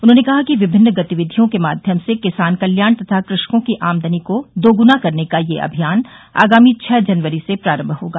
उन्होंने कहा कि विभिन्न गतिविधियों के माध्यम से किसान कल्याण तथा कृषकों की आमदनी दोग्ना करने का यह अभियान आगामी छः जनवरी से प्रारम्म होगा